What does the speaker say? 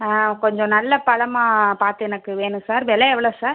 கொஞ்சம் நல்ல பழமாக பார்த்து எனக்கு வேணும் சார் விலை எவ்வளோ சார்